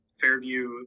Fairview